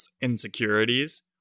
insecurities